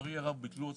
לצערי הרב ביטלו אותו.